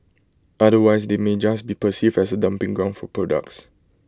otherwise they may just be perceived as A dumping ground for products